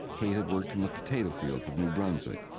kate had worked in the potato fields of new brunswick.